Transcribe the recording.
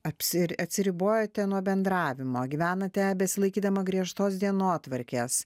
apsir atsiribojote nuo bendravimo gyvenate besilaikydama griežtos dienotvarkės